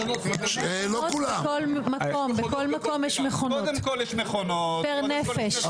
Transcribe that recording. רגע, רגע,